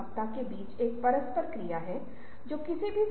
मान्यताओंकल्पना पर सवाल उठाने की जरूरत है